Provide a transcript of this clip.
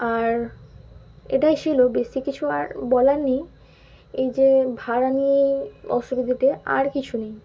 আর এটাই ছিল বেশি কিছু আর বলার নেই এই যে ভাড়া নিয়ে অসুবিধেতে আর কিছু নেই